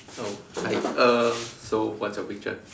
hello hi um so what's your picture